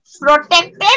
protected